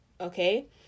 okay